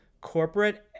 corporate